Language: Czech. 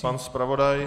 Pan zpravodaj?